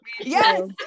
yes